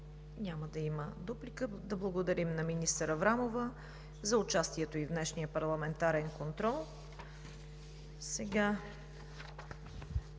Няма да има дуплика. Да благодарим на министър Аврамова за участието ѝ в днешния парламентарен контрол.